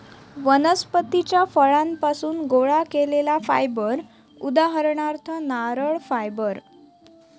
वनस्पतीच्या फळांपासुन गोळा केलेला फायबर उदाहरणार्थ नारळ फायबर